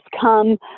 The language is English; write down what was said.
come